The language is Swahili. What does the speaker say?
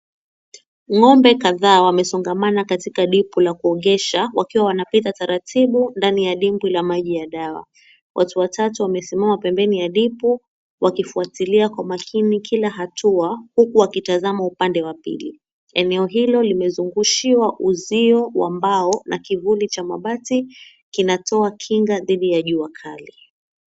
Ng'ombe kadhaa wamesongamana katika dipu la kuwaogesha wakiwa wanapita taratibu ndani ya dimbwi la maji ya dawa. Watu watatu wamesimama pembeni ya dipu wakifuatilia kwa makini kila hatua huku wakitazama upande wa pili. Eneo hilo limezungushiwa uzio wa mbao na kivuli cha mabati kinatoa kinga dhidi ya jua kali.